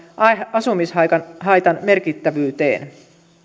asumishaitan merkittävyyteen